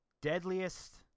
Deadliest